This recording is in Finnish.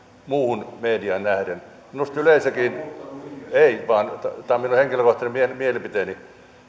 muuhun mediaan nähden minusta yleensäkin ei vaan tämä on minun henkilökohtainen mielipiteeni